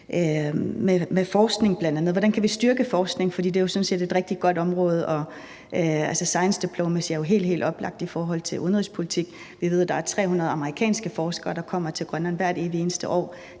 forskning. Hvordan kan vi styrke forskning, for det er jo sådan set et rigtig godt område? Altså, science diplomacy er jo helt, helt oplagt i forhold til udenrigspolitik. Vi ved, at der er 300 amerikanske forskere, der kommer til Grønland hvert evig eneste år.